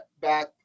back